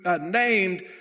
named